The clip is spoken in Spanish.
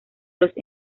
los